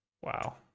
Wow